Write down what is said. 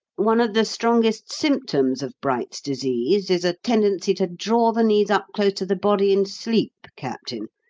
one of the strongest symptoms of bright's disease is a tendency to draw the knees up close to the body in sleep, captain,